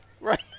right